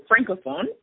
francophone